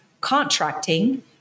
contracting